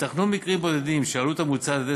ייתכנו מקרים בודדים שעלות המוצר הניתן על-ידי